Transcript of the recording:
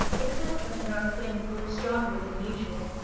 except when the north wind blew stronger than usual